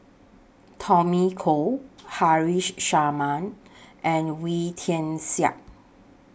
Tommy Koh Haresh Sharma and Wee Tian Siak